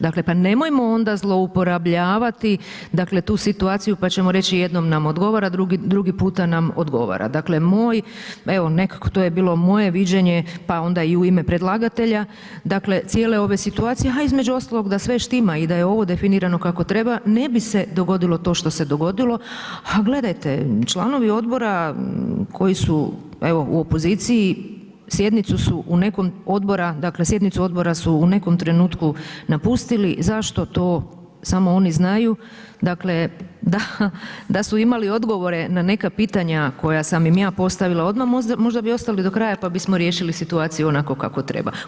Dakle pa nemojmo onda zlouporabljavati tu situaciju pa ćemo reći jednom nam ne odgovara, drugi puta nam odgovara, dakle evo nekako to je bilo moje viđenje pa onda i u ime predlagatelja cijele ove situacije a između ostalog, da sve štima i da je ovo definiramo kako treba, ne bi se dogodilo to što se dogodilo a gledajte, članovi odbora koji su evo u opoziciji, sjednicu odbora su u nekom trenutku napustili, zašto, to samo oni znaju, dakle da su imali odgovore na neka pitanja koja sam im ja postavila odmah, možda bi ostali do kraja pa bismo riješili situaciju onako kako treba.